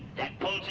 that pulls